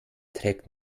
trägt